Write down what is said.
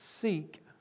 seek